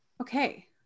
Okay